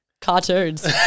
Cartoons